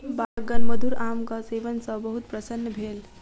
बालकगण मधुर आमक सेवन सॅ बहुत प्रसन्न भेल